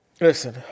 listen